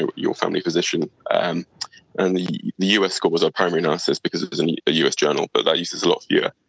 your your family physician. and and the the us score was our primary analysis because it was a us journal but that uses a lot fewer.